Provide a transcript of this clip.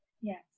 yes